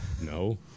No